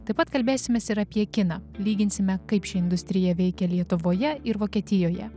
taip pat kalbėsimės ir apie kiną lyginsime kaip ši industrija veikia lietuvoje ir vokietijoje